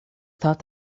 thought